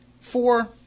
four